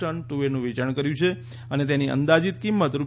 ton તુવેરનું વેચાણ કર્યુ છે અને તેની અંદાજિત કિમંત રૂ